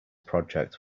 project